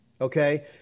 Okay